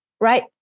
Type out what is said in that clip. right